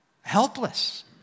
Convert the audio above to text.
helpless